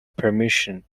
permission